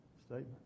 statement